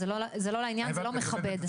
זה לא לעניין, זה לא מכבד.